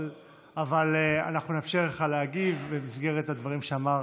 אנחנו נאפשר לך להגיב במסגרת הדברים שאמר